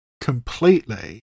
completely